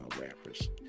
rappers